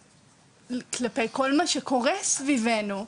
כלפי כל מה שקורה סביבנו.